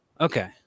Okay